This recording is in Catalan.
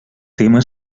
tema